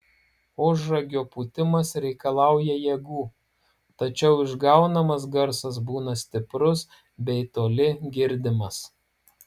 ožragio pūtimas reikalauja jėgų tačiau išgaunamas garsas būna stiprus bei toli girdimas